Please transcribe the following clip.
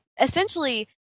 essentially